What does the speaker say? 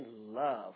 love